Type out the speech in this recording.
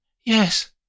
Yes